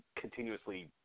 continuously